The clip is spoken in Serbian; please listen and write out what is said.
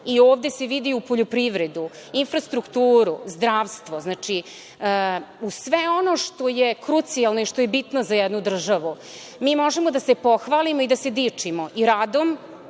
i ovde se vidi i u poljoprivredu, infrastrukturu, zdravstvo, znači, u sve ono što je krucijalno i što je bitno za jednu državu. Mi možemo da se pohvalimo i da se dičimo i radom